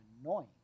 annoying